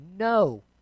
No